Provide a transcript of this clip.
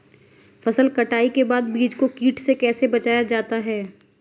फसल कटाई के बाद बीज को कीट से कैसे बचाया जाता है?